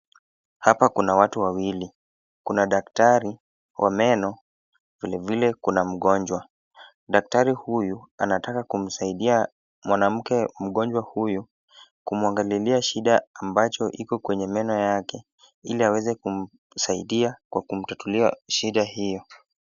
Hapa kuna watu wawili. Kuna daktari wa meno, vile vile kuna mgonjwa. Daktari huyu anataka kumsaidia mwanamke mgonjwa huyo, kumwangalilia shida ambacho iko kwenye meno yake, ili aweze kumsaidia kwa kumtatulia shida hiyo.